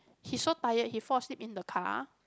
he so tired he fall asleep in the car